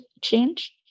change